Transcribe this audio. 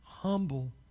Humble